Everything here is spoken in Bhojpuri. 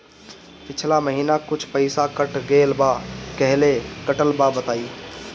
पिछला महीना कुछ पइसा कट गेल बा कहेला कटल बा बताईं?